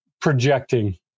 projecting